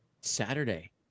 Saturday